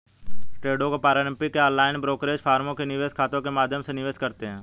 ट्रेडों को पारंपरिक या ऑनलाइन ब्रोकरेज फर्मों के निवेश खातों के माध्यम से निवेश करते है